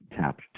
tapped